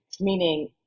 meaning